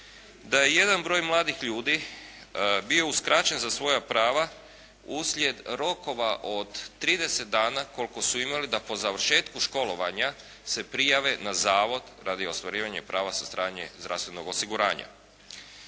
da je jedan broj mladih ljudi bio uskraćen za svoja prava uslijed rokova od 30 dana koliko su imali da po završetku školovanja se prijave na zavod radi ostvarivanja prava sa strane zdravstvenog osiguranja.